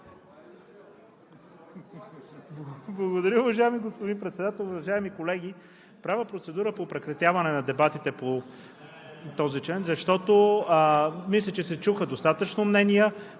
Благодаря, уважаеми господин Председател. Уважаеми колеги, правя процедура по прекратяване на дебатите по този член. Мисля, че се чуха достатъчно мнения,